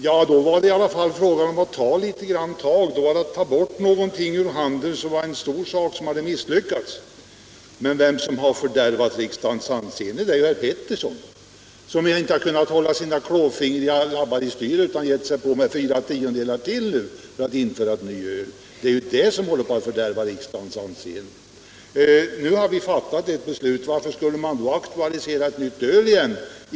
Ja, då var det i alla fall fråga om att ta ett tag — att ta bort någonting ur handeln som var en stor sak som hade misslyckats. Men den som har fördärvat riksdagens anseende är ju herr Pettersson, som inte kunnat hålla sina klåfingriga labbar i styr utan gett sig in på ett förslag med fyra tiondelar till för att införa ett nytt öl. Det är det som håller på att fördärva riksdagens anseende. Nu har vi fattat ett beslut. Varför skulle man då aktualisera ett nytt öl igen?